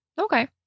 Okay